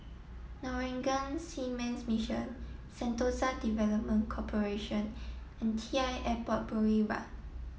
Norwegian Seamen's Mission Sentosa Development Corporation and T I Airport Boulevard